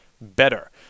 better